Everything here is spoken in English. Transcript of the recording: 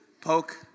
Poke